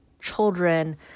children